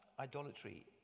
Idolatry